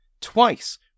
Twice